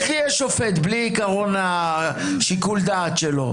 איך יהיה שופט בלי עיקרון שיקול הדעת שלו?